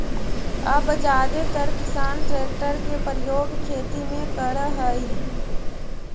अब जादेतर किसान ट्रेक्टर के प्रयोग खेती में करऽ हई